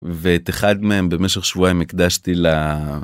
ואת אחד מהם במשך שבועיים הקדשתי ל...